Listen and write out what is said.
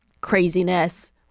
craziness